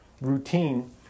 routine